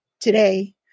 today